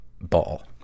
ball